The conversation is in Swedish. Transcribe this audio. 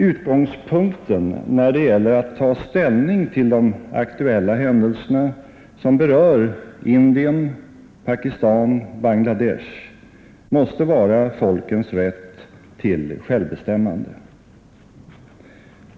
Utgångspunkten när det gäller att ta ställning till de aktuella händelserna som berör Indien—Pakistan—Bangla Desh måste vara folkens rätt till självbestämmande.